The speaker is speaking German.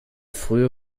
frühe